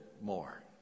more